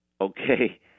okay